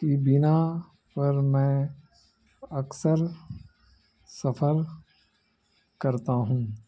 کی بنا پر میں اکثر سفر کرتا ہوں